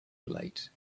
late